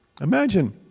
Imagine